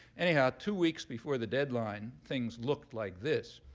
anyhow, two weeks before the deadline, things looked like this.